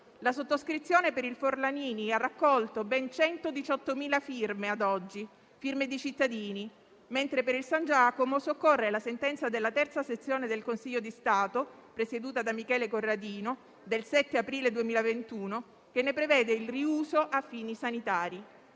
La sottoscrizione per il Forlanini ha raccolto ad oggi ben 118.000 firme di cittadini, mentre per il San Giacomo soccorre la sentenza della terza sezione del Consiglio di Stato, presieduta da Michele Corradino, del 7 aprile 2021, che ne prevede il riuso a fini sanitari.